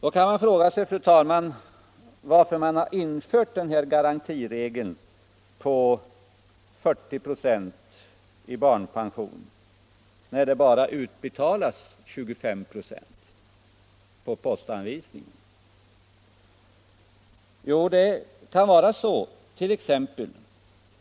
Man kan fråga sig, fru talman, varför denna garantiregel på 40 96 i barnpension infördes när det bara utbetalas 25 96 med postanvisning.